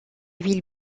ville